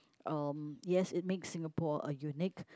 um yes it makes Singapore a unique